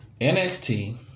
NXT